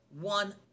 one